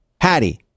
Hattie